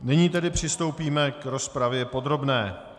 Nyní tedy přistoupíme k rozpravě podrobné.